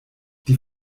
die